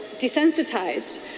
desensitized